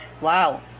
Wow